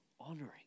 honoring